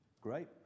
Great